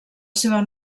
seva